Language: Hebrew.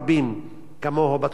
היו ביפו והיו במקומות אחרים.